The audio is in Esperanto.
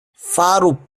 faru